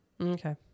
Okay